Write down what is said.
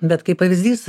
bet kaip pavyzdys